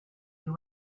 you